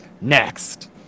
next